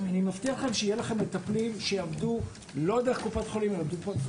אני מבטיח לכם שיהיו לכם מטפלים שיעבדו לא דרך קופת חולים אלא ---.